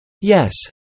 Yes